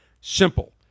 Simple